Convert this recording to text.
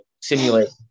simulate